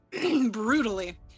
brutally